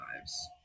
lives